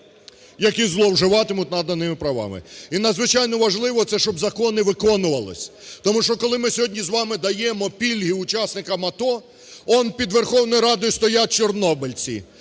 які зловживатимуть наданими правами. І надзвичайно важливо це, щоб закони виконувались, тому що, коли ми сьогодні з вами даємо пільги учасникам АТО… Он під Верховною Радою стоять чорнобильці,